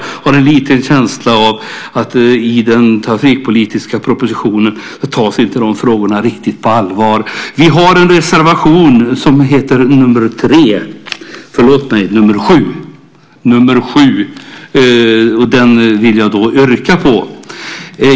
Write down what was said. Jag har en liten känsla av att dessa frågor inte tas riktigt på allvar i den trafikpolitiska propositionen. Jag yrkar bifall till reservation 7.